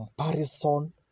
comparison